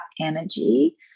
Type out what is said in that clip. energy